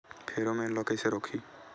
Pheromone ला कइसे रोकही?